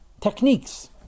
Techniques